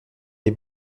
les